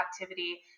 activity